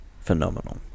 phenomenal